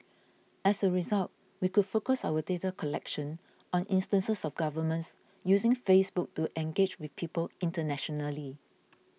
as a result we could focus our data collection on instances of governments using Facebook to engage with people internationally